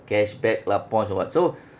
cashback lah points or what so